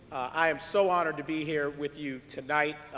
i am so honored to be here with you tonight.